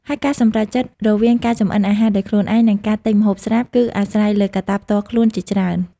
ហើយការសម្រេចចិត្តរវាងការចម្អិនអាហារដោយខ្លួនឯង និងការទិញម្ហូបស្រាប់ គឺអាស្រ័យលើកត្តាផ្ទាល់ខ្លួនជាច្រើន។